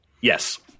yes